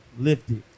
lifted